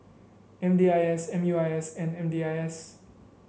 M D I S M U I S and M D I S